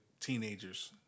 teenagers